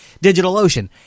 DigitalOcean